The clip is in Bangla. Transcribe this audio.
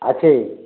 আছে